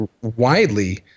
widely